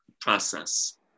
process